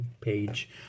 page